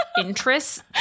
interests